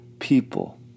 people